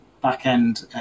back-end